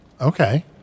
Okay